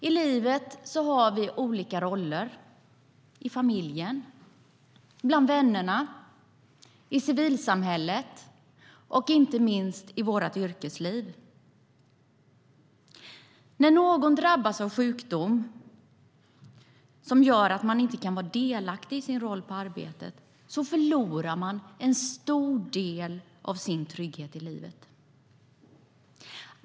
I livet har vi olika roller - i familjen, bland vännerna, i civilsamhället och inte minst i våra yrkesliv. När någon drabbas av sjukdom som gör att man inte kan vara delaktig i sin roll på arbetet förlorar man en stor del av sin trygghet i livet.